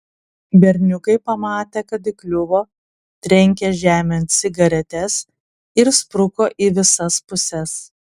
berniukai pamatę kad įkliuvo trenkė žemėn cigaretes ir spruko į visas puses